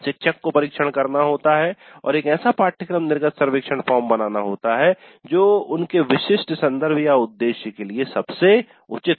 शिक्षक को परिक्षण करना होता है और एक ऐसा पाठ्यक्रम निर्गत सर्वेक्षण फॉर्म बनाना होता है जो उनके विशिष्ट संदर्भउद्देश्य के लिए सबसे उचित हो